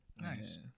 nice